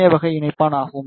ஏ வகை இணைப்பான் ஆகும்